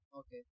okay